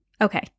Okay